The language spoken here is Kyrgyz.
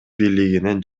бийлигинен